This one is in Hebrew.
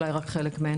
אולי רק חלק מהן.